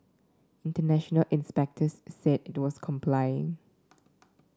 international inspectors said it was complying